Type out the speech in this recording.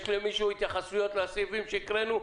יש למישהו התייחסות לסעיפים שהקראנו?